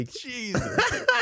Jesus